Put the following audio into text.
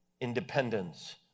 independence